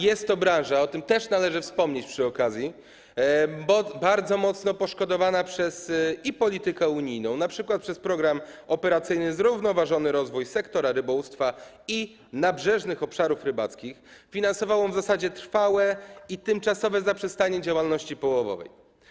Jest to branża - o tym też należy wspomnieć przy okazji - bardzo mocno poszkodowana przez politykę unijną, np. przez Program Operacyjny „Zrównoważony rozwój sektora rybołówstwa i nabrzeżnych obszarów rybackich”, który finansował w zasadzie trwałe i tymczasowe zaprzestanie działalności połowowej.